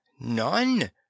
None